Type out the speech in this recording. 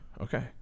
okay